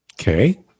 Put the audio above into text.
Okay